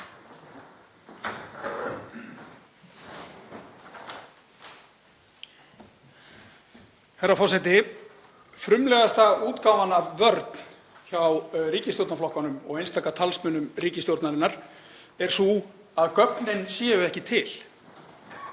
Herra forseti. Frumlegast útgáfan af vörn hjá ríkisstjórnarflokkunum og einstaka talsmönnum ríkisstjórnarinnar er sú að gögnin séu ekki til.